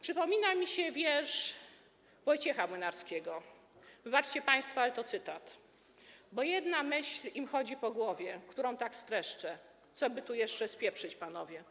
Przypomina mi się wiersz Wojciecha Młynarskiego, wybaczcie państwo, ale to cytat: „bo jedna myśl im chodzi po głowie, którą tak streszczę: 'Co by tu jeszcze spieprzyć, Panowie?